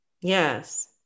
Yes